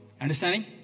Understanding